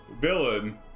villain